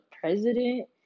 president